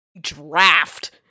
draft